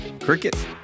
Cricket